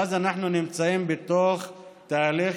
ואז אנחנו נמצאים בתוך תהליך